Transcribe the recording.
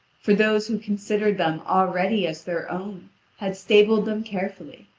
for those who considered them already as their own had stabled them carefully.